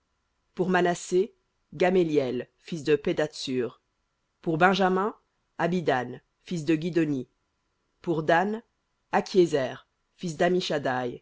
pour manassé gameliel fils de pedahtsur pour benjamin abidan fils de guidhoni pour dan akhiézer fils